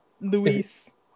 Luis